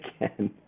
again